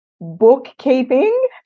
bookkeeping